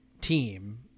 team